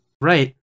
Right